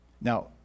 Now